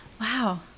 wow